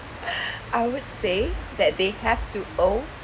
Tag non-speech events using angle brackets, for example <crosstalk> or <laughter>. <breath> I would say that they have to owe